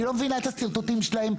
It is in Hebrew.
אני לא מבינה את השרטוטים שלהם,